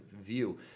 view